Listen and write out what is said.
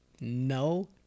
no